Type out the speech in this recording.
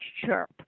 chirp